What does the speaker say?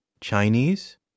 Chinese